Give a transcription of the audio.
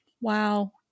Wow